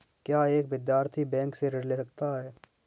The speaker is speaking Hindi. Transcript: क्या एक विद्यार्थी बैंक से ऋण ले सकता है?